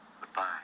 Goodbye